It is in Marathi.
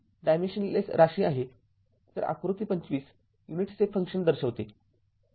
तर आकृती २५ युनिट स्टेप फंक्शन दर्शवते